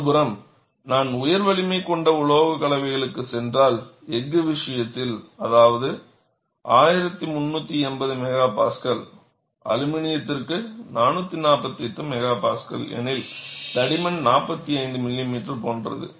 மறுபுறம் நான் உயர் வலிமை கொண்ட உலோகக் கலவைகளுக்குச் சென்றால் எஃகு விஷயத்தில் அது 1380 MPa அலுமினியத்திற்கு 448 MPa எனில்தடிமன் 45 மில்லிமீட்டர் போன்றது